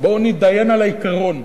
בואו נתדיין על העיקרון,